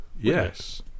Yes